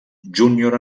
júnior